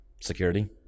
Security